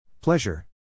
Pleasure